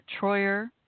Troyer